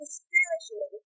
spiritually